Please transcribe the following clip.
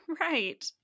Right